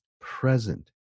present